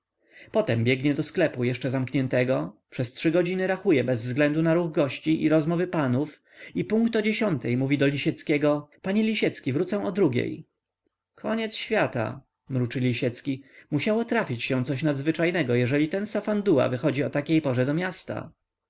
potem biegnie do sklepu jeszcze zamkniętego przez trzy godziny rachuje bez względu na ruch gości i rozmowy panów i punkt o dziesiątej mówi do lisieckiego panie lisiecki wrócę o drugiej koniec świata mruczy lisiecki musiało trafić się coś nadzwyczajnego jeżeli ten safanduła wychodzi o takiej porze do miasta